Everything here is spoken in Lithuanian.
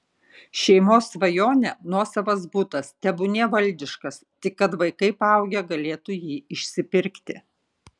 šeimos svajonė nuosavas butas tebūnie valdiškas tik kad vaikai paaugę galėtų jį išsipirkti